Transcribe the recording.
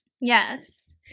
Yes